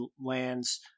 lands